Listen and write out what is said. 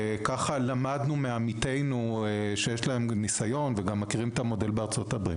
וככה למדנו מעמיתינו שיש להם ניסיון ומכירים את המודל בארצות-הברית